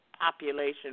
population